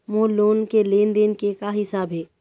मोर loan के लेन देन के का हिसाब हे?